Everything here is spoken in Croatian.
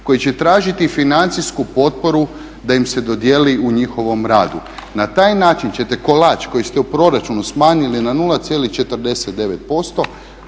koji će tražiti financijsku potporu da im se dodjeli u njihovom radu. Na taj način ćete kolač koji ste u proračunu s manjili na 0,49%